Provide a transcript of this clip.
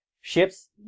Ships